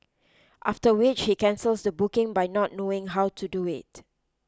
after which he cancels the booking by not knowing how to do it